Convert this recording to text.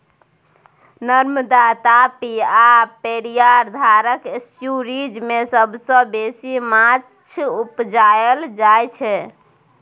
नर्मदा, तापी आ पेरियार धारक एस्च्युरीज मे सबसँ बेसी माछ उपजाएल जाइ छै